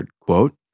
quote